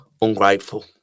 ungrateful